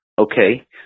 Okay